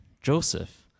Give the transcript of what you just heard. Joseph